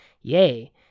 Yea